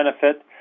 benefit